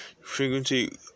Frequency